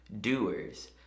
doers